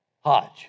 Hodge